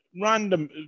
Random